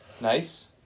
Nice